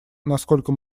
насколько